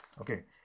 okay